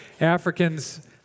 Africans